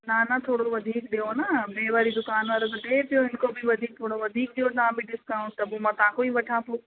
हा न थोरो वधीक ॾियो न ॿिए वारी दुकानु वारो त ॾे पियो हिनखां बि वधीक थोरो वधीक ॾियो तव्हां बि डिस्काउंट त पोइ तव्हांखा ई वठां पोइ